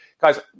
Guys